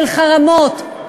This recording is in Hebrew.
של חרמות,